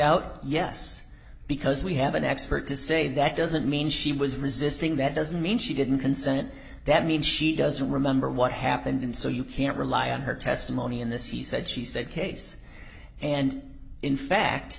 out yes because we have an expert to say that doesn't mean she was resisting that doesn't when she didn't consent that means she doesn't remember what happened and so you can't rely on her testimony in this he said she said case and in fact